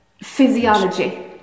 physiology